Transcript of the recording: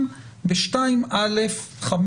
ב-2 א', 5